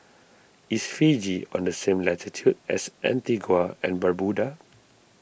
is Fiji on the same latitude as Antigua and Barbuda